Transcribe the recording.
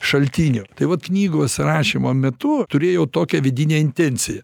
šaltinio tai vat knygos rašymo metu turėjau tokią vidinę intenciją